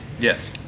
Yes